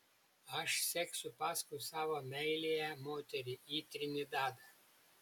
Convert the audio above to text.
aš seksiu paskui savo meiliąją moterį į trinidadą